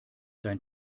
dein